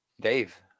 Dave